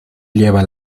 lleva